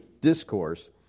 discourse